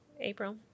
April